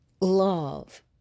love